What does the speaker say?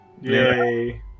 Yay